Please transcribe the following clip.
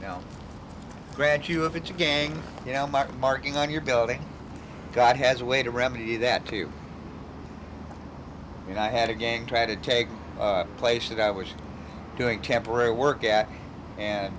stop now grant you if it's a gang you know marking on your building god has a way to remedy that to you and i had a gang try to take place that i was doing temporary work at and